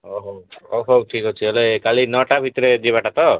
ଅ ହଉ ହଉ ଠିକ ଅଛି ହେଲେ କାଲି ନଅଟା ଭିତରେ ଯିବାଟା ତ